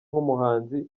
nk’umuhanzi